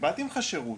קיבלתי ממך שירות.